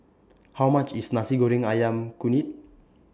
How much IS Nasi Goreng Ayam Kunyit